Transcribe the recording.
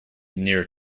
near